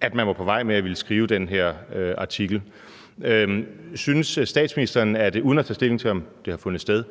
at man var på vej med at ville skrive den her artikel. Synes statsministeren – uden at tage stilling til, om det har fundet sted